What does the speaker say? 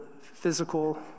physical